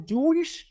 Jewish